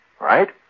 Right